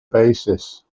basis